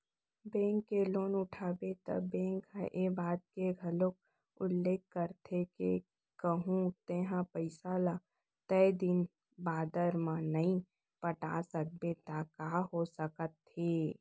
bank ले loan उठाबे त बेंक ह ए बात के घलोक उल्लेख करथे के कहूँ तेंहा पइसा ल तय दिन बादर म नइ पटा सकबे त का हो सकत हे